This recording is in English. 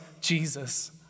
Jesus